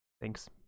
Thanks